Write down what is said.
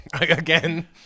Again